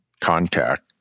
contact